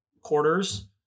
quarters